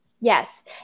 Yes